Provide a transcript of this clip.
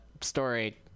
story